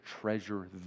treasure